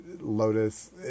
Lotus